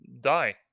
die